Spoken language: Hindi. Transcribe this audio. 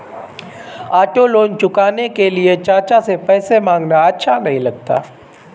ऑटो लोन चुकाने के लिए चाचा से पैसे मांगना अच्छा नही लगता